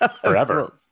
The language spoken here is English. forever